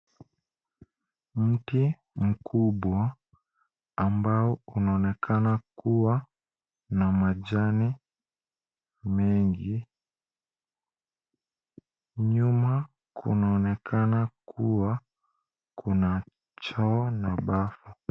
Mti mkubwa ambao unaonekana kuwa na majani mengi. Nyuma kunaonekana kuwa kuna choo na bafu.